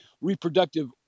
reproductive